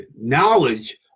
knowledge